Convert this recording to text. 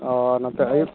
ᱚᱻ ᱱᱚᱛᱮ ᱟᱹᱭᱩᱵ